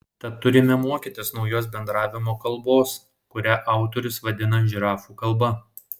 tad turime mokytis naujos bendravimo kalbos kurią autorius vadina žirafų kalba